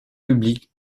public